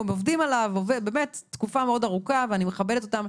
הם עובדים עליו גם באמת תקופה מאוד ארוכה ואני מכבדת אותם,